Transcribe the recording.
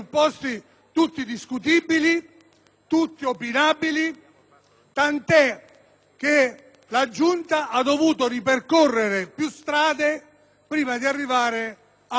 tanto che la Giunta ha dovuto ripercorrere più strade prima di arrivare ad una decisione definitiva. Quali sono le due strade?